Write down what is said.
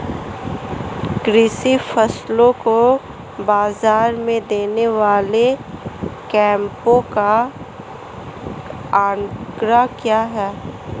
कृषि फसलों को बाज़ार में देने वाले कैंपों का आंकड़ा क्या है?